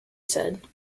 said